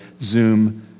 Zoom